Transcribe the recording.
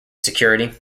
security